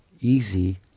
easy